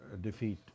defeat